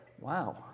wow